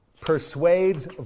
persuades